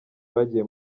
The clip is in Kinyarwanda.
bagiye